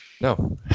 No